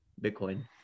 bitcoin